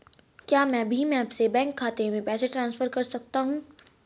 क्या मैं भीम ऐप से बैंक खाते में पैसे ट्रांसफर कर सकता हूँ?